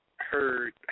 heard